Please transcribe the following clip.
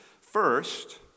First